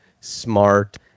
smart